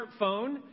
smartphone